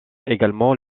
également